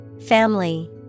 Family